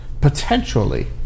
potentially